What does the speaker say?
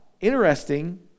interesting